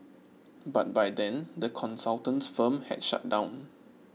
but by then the consultant's firm had shut down